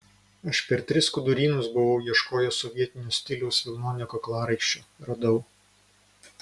aš per tris skudurynus buvau ieškojęs sovietinio stiliaus vilnonio kaklaraiščio radau